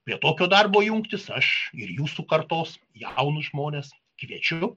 prie tokio darbo jungtis aš ir jūsų kartos jaunus žmones kviečiu